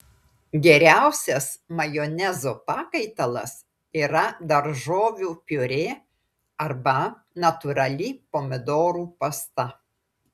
geriausias majonezo pakaitalas yra daržovių piurė arba natūrali pomidorų pasta